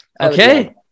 Okay